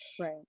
Right